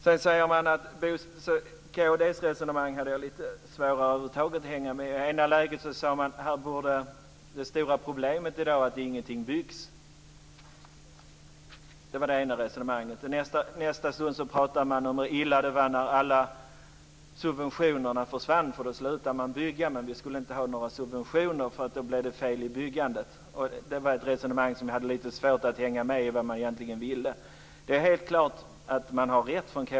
Det är lite svårare att hänga med i kd:s resonemang. I ena stunden säger man att det stora problemet i dag är att ingenting byggs. I nästa stund pratar man om hur illa det var när alla subventioner försvann och byggandet upphörde, men det skulle inte vara några subventioner för då blev det fel i byggandet. Jag hade lite svårt att hänga med i det resonemanget. Det är helt klart att kd har rätt.